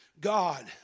God